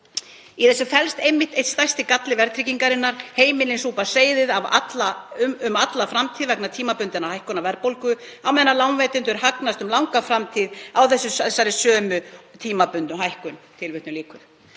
Í þessu felst einmitt einn stærsti galli verðtryggingarinnar. Heimilin súpa seyðið um alla framtíð vegna tímabundinnar hækkunar verðbólgu, á meðan lánveitendur hagnast um langa framtíð á þessari sömu tímabundnu hækkun.“ Verðbólga hefur